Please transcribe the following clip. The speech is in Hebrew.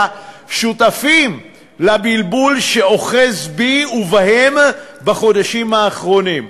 שותפים לבלבול שאוחז בי ובהם בחודשים האחרונים.